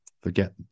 forget